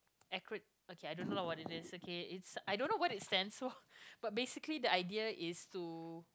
acro~ okay I don't know what is it okay I don't know what it stands for so but basically the idea is to